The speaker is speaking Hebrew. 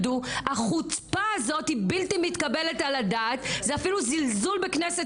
החוצפה הזאת בלתי מתקבלת על הדעת ואפילו זלזול בכנסת